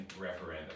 referendum